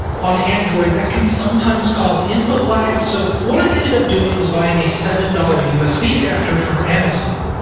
on android, that can sometimes cause input lag, so what i ended up doing was buying a seven dollars usb adapter from amazon.